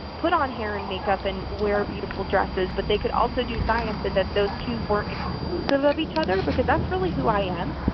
put on hair and makeup and wear beautiful dresses but they could also do science and that those two were exclusive of each other because that's really who i am.